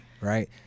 right